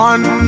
One